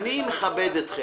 אני מכבד אתכם.